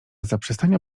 zaprzestania